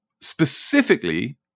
specifically